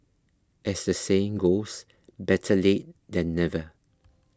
as the saying goes better late than never